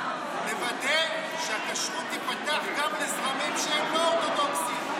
לוודא שהכשרות תיפתח גם לזרמים שהם לא אורתודוקסיים,